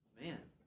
Man